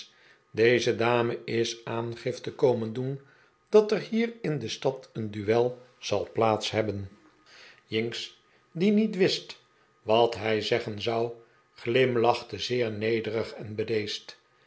deze dame is aangifte komen doen dat er hier in de stad een duel zal plaats hebben jinks die niet wist wat hij zeggen zou glimlachte zeer nederig en